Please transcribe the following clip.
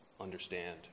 understand